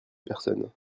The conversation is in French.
personne